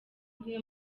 rwe